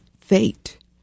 fate